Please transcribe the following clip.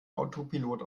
autopilot